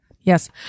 Yes